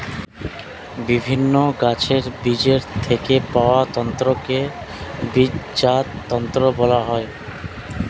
বিভিন্ন গাছের বীজের থেকে পাওয়া তন্তুকে বীজজাত তন্তু বলা হয়